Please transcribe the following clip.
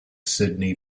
sydney